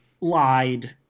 lied